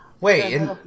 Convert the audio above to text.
Wait